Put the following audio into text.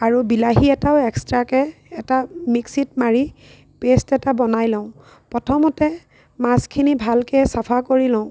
আৰু বিলাহী এটাও এক্সট্ৰাকে এটা মিক্সিত মাৰি পেষ্ট এটা বনাই লওঁ প্ৰথমতে মাছখিনি ভালকৈ চাফা কৰি লওঁ